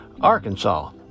Arkansas